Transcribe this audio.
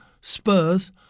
Spurs